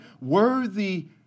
worthy